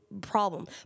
problem